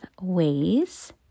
ways